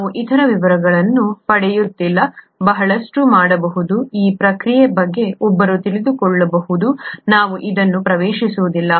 ನಾವು ಇದರ ವಿವರಗಳನ್ನು ಪಡೆಯುತ್ತಿಲ್ಲ ಬಹಳಷ್ಟು ಮಾಡಬಹುದು ಈ ಪ್ರಕ್ರಿಯೆಯ ಬಗ್ಗೆ ಒಬ್ಬರು ತಿಳಿದುಕೊಳ್ಳಬಹುದು ನಾವು ಇದನ್ನು ಪ್ರವೇಶಿಸುವುದಿಲ್ಲ